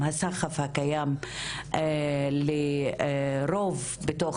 עם הסחף הקיים לרוב בתוך